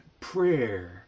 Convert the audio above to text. prayer